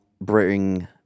bring